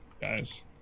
guys